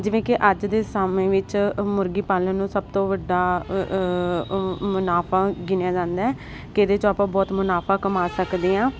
ਜਿਵੇਂ ਕਿ ਅੱਜ ਦੇ ਸਮੇਂ ਵਿੱਚ ਮੁਰਗੀ ਪਾਲਣ ਨੂੰ ਸਭ ਤੋਂ ਵੱਡਾ ਮੁਨਾਫਾ ਗਿਣਿਆ ਜਾਂਦਾ ਕਿ ਇਹਦੇ ਚੋਂ ਆਪਾਂ ਬਹੁਤ ਮੁਨਾਫਾ ਕਮਾ ਸਕਦੇ ਆਂ